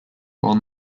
while